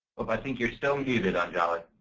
i think youire still needed anjali.